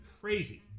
Crazy